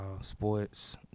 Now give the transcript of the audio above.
sports